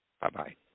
bye-bye